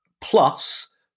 plus